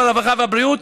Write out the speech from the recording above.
הרווחה והבריאות